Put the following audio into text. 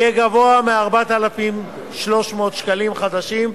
יהיה גבוה מ-4,300 שקלים חדשים,